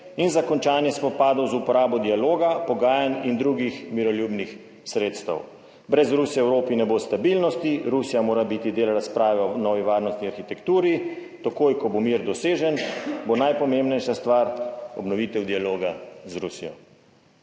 in za končanje spopadov z uporabo dialoga, pogajanj in drugih miroljubnih sredstev. Brez Rusije v Evropi ne bo stabilnosti. Rusija mora biti del razprave o novi varnostni arhitekturi. Takoj ko bo mir dosežen, bo najpomembnejša stvar obnovitev dialoga z Rusijo«.